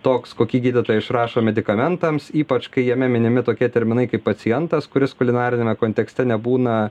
toks kokį gydytojai išrašo medikamentams ypač kai jame minimi tokie terminai kaip pacientas kuris kulinariniame kontekste nebūna